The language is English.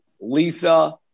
Lisa